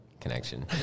connection